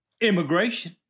immigration